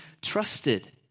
trusted